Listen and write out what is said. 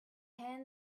hand